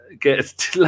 get